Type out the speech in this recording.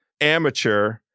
amateur